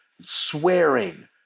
swearing